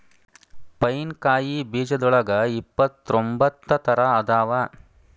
pine ಕಾಯಿ ಬೇಜದೋಳಗ ಇಪ್ಪತ್ರೊಂಬತ್ತ ತರಾ ಅದಾವ